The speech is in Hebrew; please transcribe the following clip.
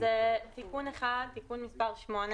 תיקון מס' 8